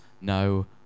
no